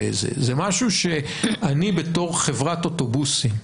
זה משהו שאני בתור חברת אוטובוסים,